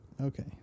Okay